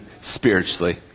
spiritually